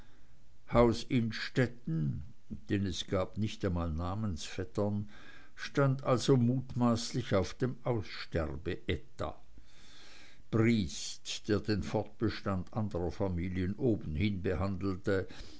haus innstetten denn es gab nicht einmal namensvettern stand also mutmaßlich auf dem aussterbeetat briest der den fortbestand anderer familien obenhin behandelte